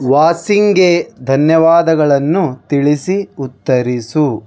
ವಾಸಿಂಗೆ ಧನ್ಯವಾದಗಳನ್ನು ತಿಳಿಸಿ ಉತ್ತರಿಸು